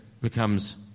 becomes